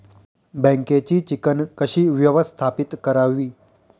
बँकेची चिकण कशी व्यवस्थापित करावी?